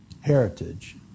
heritage